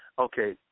Okay